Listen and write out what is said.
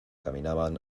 caminaban